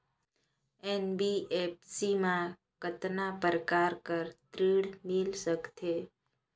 NBFC मा कतना प्रकार कर ऋण मिल सकथे?